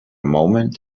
moment